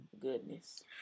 Goodness